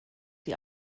die